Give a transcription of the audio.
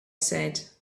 said